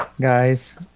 guys